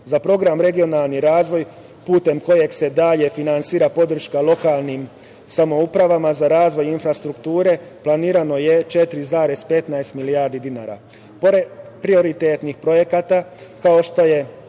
program regionalni razvoj putem kojeg se dalje finansira podrška lokalnim samoupravama za razvoj infrastrukture planirano je 4,15 milijardi dinara. Pored